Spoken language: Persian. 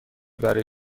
برای